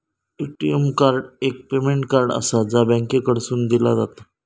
ATM card एक payment card आसा, जा बँकेकडसून दिला जाता